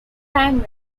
time